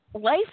life